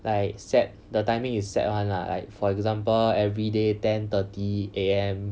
like set the timing is set one lah like for example everyday ten thirty am